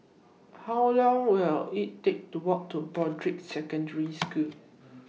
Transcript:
How Long Will IT Take to Walk to Broadrick Secondary School